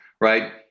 right